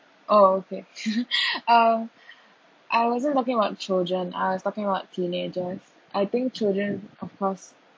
oh okay um I wasn't talking about children I was talking about teenagers I think children of course